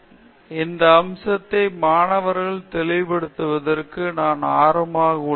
ஆஷா க்ரான்டி இந்த அம்சத்தை மாணவர்களுக்கு தெளிவுபடுத்துவதற்கும் நான் ஆர்வமாக உள்ளேன்